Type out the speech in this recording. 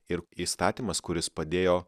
ir įstatymas kuris padėjo